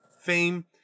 fame